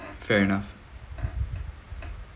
fair enough